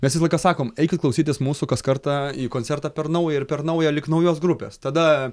mes visą laiką sakom eikit klausytis mūsų kas kartą į koncertą per nauja ir per nauja lyg naujos grupės tada